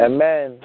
Amen